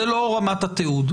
זה לא רמת התיעוד.